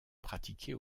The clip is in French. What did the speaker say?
pratiqués